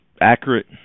accurate